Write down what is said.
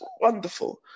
wonderful